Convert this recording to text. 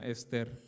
Esther